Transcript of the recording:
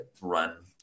run